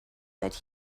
that